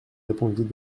répondit